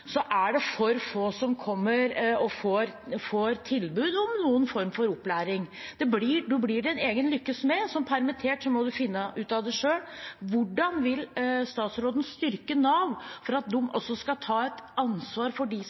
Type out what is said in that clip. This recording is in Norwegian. er det for få som får tilbud om noen form for opplæring. Du blir din egen lykkes smed. Som permittert må du finne ut av det selv. Hvordan vil statsråden styrke Nav for at de også skal ta et ansvar for dem som er permittert, og at de kommer inn i utdanningsløp, kompetanseløp, som